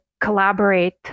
collaborate